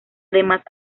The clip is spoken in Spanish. además